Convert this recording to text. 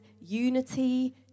unity